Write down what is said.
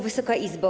Wysoka Izbo!